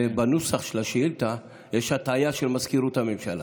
בנוסח של השאילתה יש הטעיה של מזכירות הממשלה.